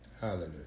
Hallelujah